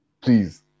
Please